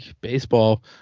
Baseball